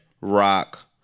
rock